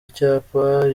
icyapa